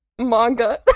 manga